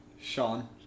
Sean